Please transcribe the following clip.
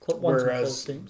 Whereas